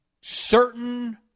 certain